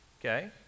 Okay